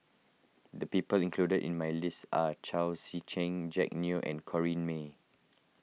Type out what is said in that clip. the people included in my list are Chao Tzee Cheng Jack Neo and Corrinne May